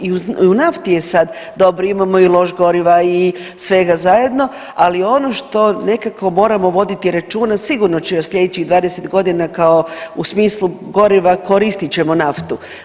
I u nafti je sad, dobro imamo i lož goriva i svega zajedno ali ono što nekako moramo voditi računa, sigurno će u sljedećih 20 godina kao u smislu goriva koristit ćemo naftu.